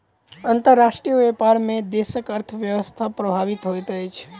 अंतर्राष्ट्रीय व्यापार में देशक अर्थव्यवस्था प्रभावित होइत अछि